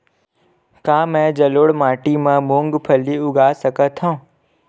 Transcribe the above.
का मैं जलोढ़ माटी म मूंगफली उगा सकत हंव?